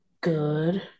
good